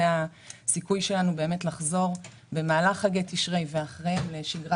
ושזה הסיכוי שלנו לחזור במהלך חגי תשרי ואחריהם לשגרה